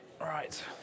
right